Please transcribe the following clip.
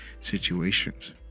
situations